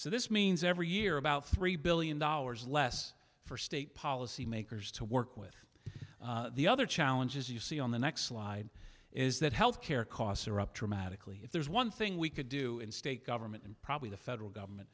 so this means every year about three billion dollars less for state policy makers to work with the other challenges you see on the next slide is that health care costs are up dramatically if there's one thing we could do in state government and probably the federal government